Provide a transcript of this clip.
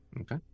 okay